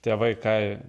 tėvai ką